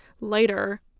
later